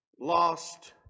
lost